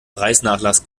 preisnachlass